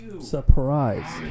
Surprise